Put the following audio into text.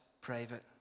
private